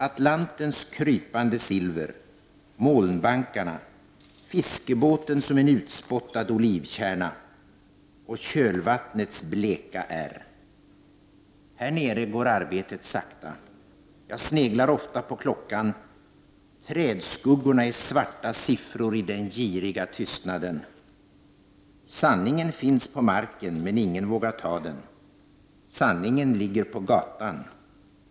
Atlantens krypande silver. Molnbankarna. Fiskebåten som en utspottad olivkärna. Och kölvattnets bleka ärr. Här nere går arbetet sakta. Jag sneglar ofta på klockan. Trädskuggorna är svarta siffror i den giriga tystnaden. Sanningen finns på marken men ingen vågar ta den. Sanningen ligger på gatan.